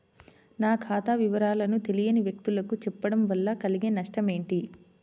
నా ఖాతా వివరాలను తెలియని వ్యక్తులకు చెప్పడం వల్ల కలిగే నష్టమేంటి?